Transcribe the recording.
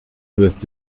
wirfst